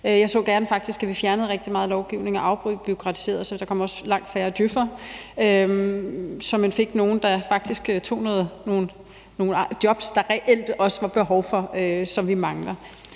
faktisk gerne, at vi fjernede rigtig meget lovgivning og afbureaukratiserede, så der også kom langt færre djøf'ere og man fik nogle, der faktisk tog nogle jobs, som der reelt også var behov for, og som vi mangler.